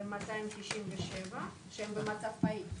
ב-1,297 שהם במצב פעיל,